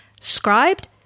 Scribed